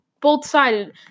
both-sided